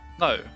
no